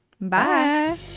Bye